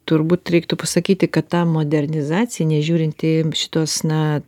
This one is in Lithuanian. turbūt reiktų pasakyti kad ta modernizacija nežiūrint į šituos na